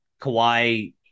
Kawhi